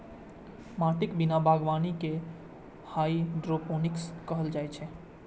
माटिक बिना बागवानी कें हाइड्रोपोनिक्स कहल जाइ छै